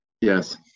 Yes